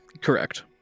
Correct